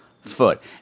foot